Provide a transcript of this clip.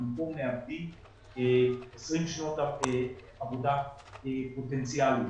אנחנו מאבדים כאן 20 שנות עבודה פוטנציאליות.